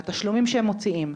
לתשלומים שהם מוצאים.